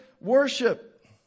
worship